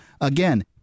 Again